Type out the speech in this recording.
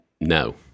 No